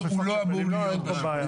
לא, אין פה בעיה.